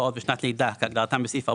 "פעוט" ו"שנת לידה" כהגדרתם בסעיף 40(ב)(3)"